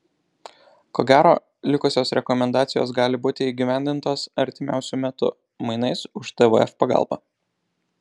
ko gero likusios rekomendacijos gali būti įgyvendintos artimiausiu metu mainais už tvf pagalbą